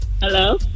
Hello